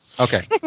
Okay